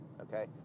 okay